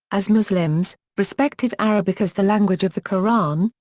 as muslims, respected arabic as the language of the koran,